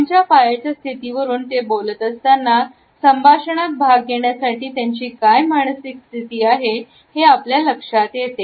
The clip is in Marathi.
त्यांच्या पायाच्या स्थितीवरून ते बोलत असताना संभाषणात भाग घेण्यासाठी त्यांची काय माणसिक स्थिती आहे आपल्या लक्षात येते